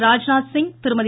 Rajnath Singh Thirumathi